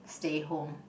stay home